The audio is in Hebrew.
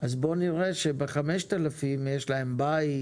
אז בוא נראה שב-5,000 יש להם בית,